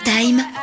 Time